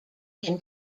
can